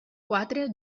quatre